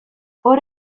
hor